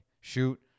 shoot